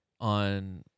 on